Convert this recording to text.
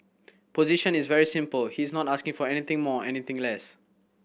position is very simple he is not asking for anything more anything less